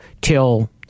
till